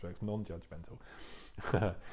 non-judgmental